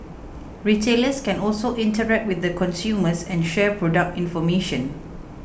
retailers can also interact with the consumers and share product information